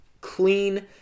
clean